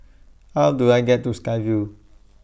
How Do I get to Sky Vue